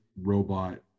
robot